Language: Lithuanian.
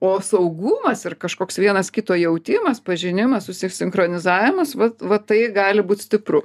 o saugumas ir kažkoks vienas kito jautimas pažinimas susisinchronizavimas va va tai gali būt stipru